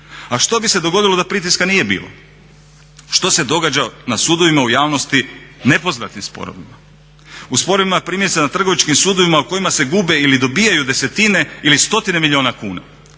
A što bi se dogodilo da pritiska nije bilo? Što se događa na sudovima u javnosti nepoznatim sporovima? U sporovima primjerice na trgovačkim sudovima u kojima se gube ili dobijaju desetine ili stotine milijuna kuna.